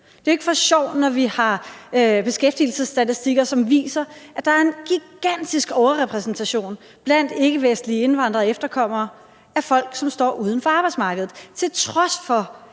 Det er ikke for sjov, når vi har beskæftigelsesstatistikker, som viser, at der er en gigantisk overrepræsentation af ikkevestlige indvandrere og efterkommere blandt folk, som står uden for arbejdsmarkedet, til trods for